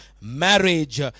marriage